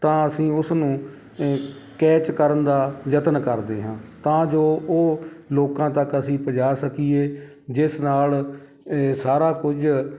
ਤਾਂ ਅਸੀਂ ਉਸ ਨੂੰ ਕੈਚ ਕਰਨ ਦਾ ਯਤਨ ਕਰਦੇ ਹਾਂ ਤਾਂ ਜੋ ਉਹ ਲੋਕਾਂ ਤੱਕ ਅਸੀਂ ਪਜਾ ਸਕੀਏ ਜਿਸ ਨਾਲ ਸਾਰਾ ਕੁਝ